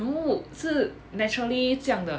no 是 naturally 这样的